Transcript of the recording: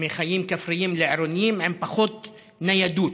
מחיים כפריים לעירוניים עם פחות ניידות,